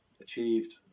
achieved